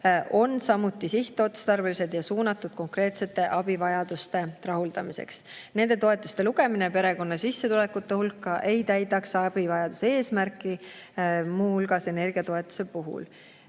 on samuti sihtotstarbelised ja suunatud konkreetsete abivajaduste rahuldamiseks. Nende toetuste lugemine perekonna sissetulekute hulka ei täidaks abivajaduse eesmärki, muu hulgas energiatoetuse puhul.